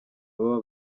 baba